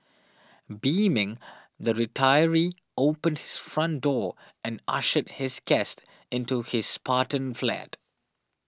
beaming the retiree opened his front door and ushered his guest into his spartan flat